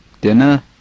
Dinner